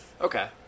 Okay